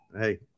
Hey